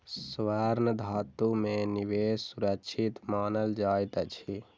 स्वर्ण धातु में निवेश सुरक्षित मानल जाइत अछि